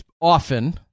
often